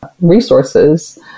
resources